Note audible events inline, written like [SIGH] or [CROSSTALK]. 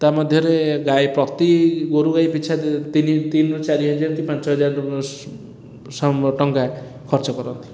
ତା'ମଧ୍ୟରେ ଗାଈ ପ୍ରତି ଗୋରୁଗାଈ ପିଛା ତିନିରୁ ଚାରିହଜାର କି ପାଞ୍ଚହଜାର [UNINTELLIGIBLE] ଟଙ୍କା ଖର୍ଚ୍ଚ କରନ୍ତି